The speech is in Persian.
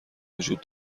وجود